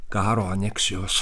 karo aneksijos